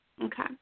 Okay